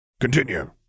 Continue